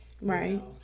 right